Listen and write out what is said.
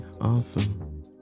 awesome